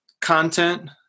content